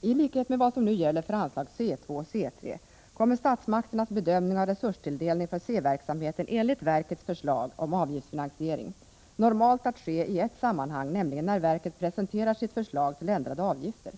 Tlikhet med vad som nu gäller i anslag C2 och C3 kommer statsmakternas bedömning av resurstilldelning för C-verksamheten, enligt verkets förslag om avgiftsfinansiering, normalt att ske i ett sammanhang, nämligen när verket presenter sitt förslag till ändrade avgifter.